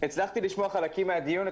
הצלחתי לשמוע חלקים מהדיון.